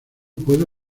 puedo